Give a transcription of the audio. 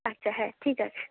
আচ্ছা হ্যাঁ ঠিক আছে